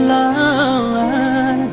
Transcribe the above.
no no no no